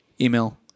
Email